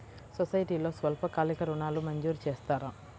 సొసైటీలో స్వల్పకాలిక ఋణాలు మంజూరు చేస్తారా?